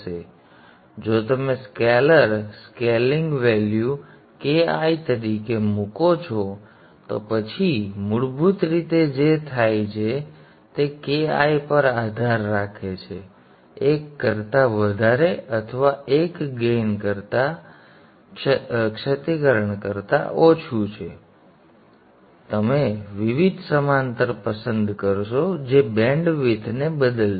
તેથી જો તમે સ્કેલર સ્કેલિંગ વેલ્યુ Ki તરીકે મૂકો છો તો પછી મૂળભૂત રીતે જે થાય છે તે Ki પર આધાર રાખે છે 1 કરતા વધારે અથવા 1 ગેઇન અથવા ક્ષતિકરણ કરતા ઓછું છે તો તમે વિવિધ સમાંતર પસંદ કરશો જે બેન્ડ વિડ્થ ને બદલશે